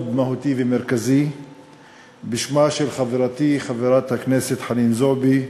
מהותי ומרכזי בשמה של חברתי חברת הכנסת חנין זועבי,